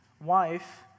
wife